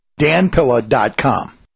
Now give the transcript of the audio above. danpilla.com